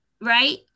right